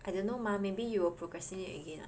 I don't know mah maybe you will procrastinate again [what]